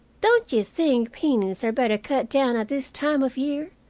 don't you think peonies are better cut down at this time of year?